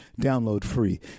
download-free